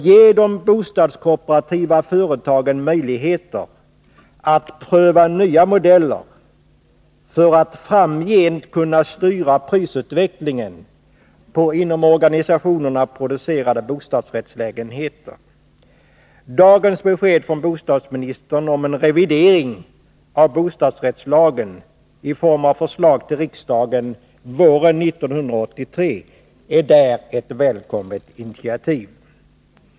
Ge de bostadskooperativa företagen möjligheter att pröva nya modeller för att framgent kunna styra prisutvecklingen på inom organisationerna producerade bostadsrättslägenheter. Dagens besked från bostadsministern om förslag till riksdagen våren 1983 angående revidering av bostadsrättslagen är ett välkommet initiativ.